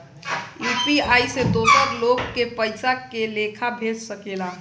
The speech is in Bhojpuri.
यू.पी.आई से दोसर लोग के पइसा के लेखा भेज सकेला?